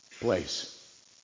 place